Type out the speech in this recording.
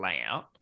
layout